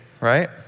right